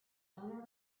owner